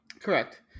correct